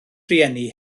rhieni